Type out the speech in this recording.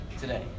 Today